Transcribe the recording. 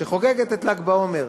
שחוגגת את ל"ג בעומר,